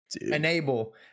enable